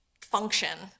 function